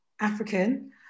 African